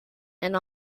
and